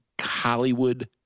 Hollywood